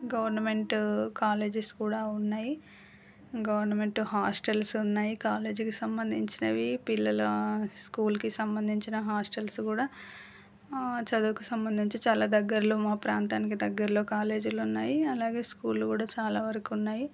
government colleges కూడా ఉన్నాయి government hostels ఉన్నాయి కాలేజీకి సంబంధించినవి పిల్లల స్కూల్కి సంబంధించిన హాస్టల్స్ కూడా చదువుకి సంబంధించి చాలా దగ్గరలో మా ప్రాంతానికి దగ్గరలో కాలేజీలున్నాయి అలాగే స్కూళ్లు కూడా చాలా వరకు ఉన్నాయి